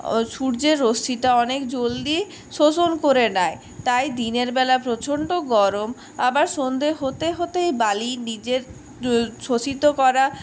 সূর্যের রশ্মিটা অনেক জলদি শোষণ করে নেয় তাই দিনের বেলা প্রচন্ড গরম আবার সন্ধ্যে হতে হতেই বালি নিজের শোষিত করা